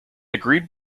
agreed